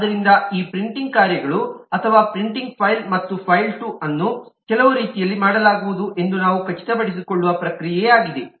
ಆದ್ದರಿಂದ ಈ ಪ್ರಿಂಟಿಂಗ್ ಕಾರ್ಯಗಳು ಅಥವಾ ಪ್ರಿಂಟಿಂಗ್ ಫೈಲ್1 ಮತ್ತು ಫೈಲ್2 ಅನ್ನು ಕೆಲವು ರೀತಿಯಲ್ಲಿ ಮಾಡಲಾಗುವುದು ಎಂದು ನಾವು ಖಚಿತಪಡಿಸಿಕೊಳ್ಳುವ ಪ್ರಕ್ರಿಯೆಯಾಗಿದೆ